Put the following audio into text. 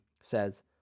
says